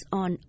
on